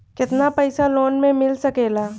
केतना पाइसा लोन में मिल सकेला?